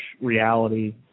reality